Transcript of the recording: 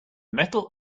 metal